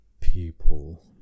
People